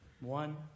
One